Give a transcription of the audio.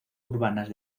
urbanas